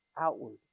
Outward